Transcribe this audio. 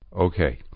Okay